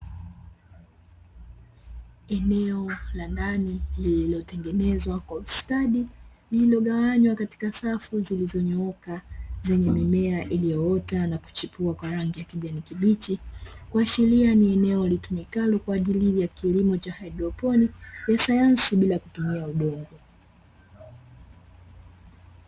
eneo la ndani lililotengenezwa kwa ustadi lililogawanywa katika safu zilizonyooka, zenye mimea iliyoota na kuchipua kwa rangi ya kijani kibichi, kuashiria ni eneo litumikalo kwa ajili yakilimo cha haidroponi ya sayansi bila kutumia udongo.